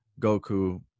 Goku